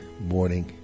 morning